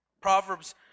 Proverbs